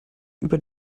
über